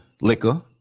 liquor